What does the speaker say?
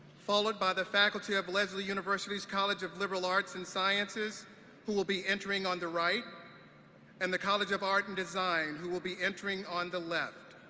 followed by the faculty of lesley university's college of liberal arts and sciences who will be entering on the right and the college of art and design who will be entering on the left.